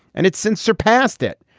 and it's since surpassed it.